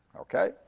Okay